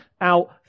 out